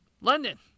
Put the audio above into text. london